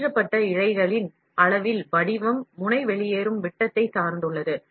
வெளியேற்றப்பட்ட இழைகளின் வடிவம் மற்றும் அளவு முனை வெளியேறும் விட்டத்தை சார்ந்துள்ளது